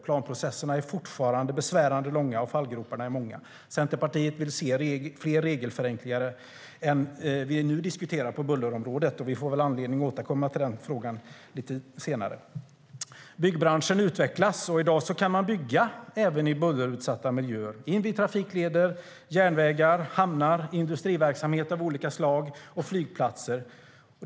Planprocesserna är fortfarande besvärande långa, och fallgroparna är många. Centerpartiet vill se fler regelförenklingar än dem vi nu diskuterar på bullerområdet, och vi får väl anledning att återkomma till den frågan lite senare. Byggbranschen utvecklas, och i dag kan man bygga även i bullerutsatta miljöer - vid trafikleder, järnvägar, hamnar, industriverksamhet av olika slag och flygplatser.